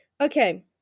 Okay